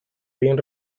bien